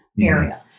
area